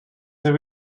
ter